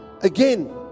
again